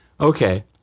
okay